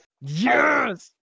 Yes